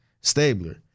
Stabler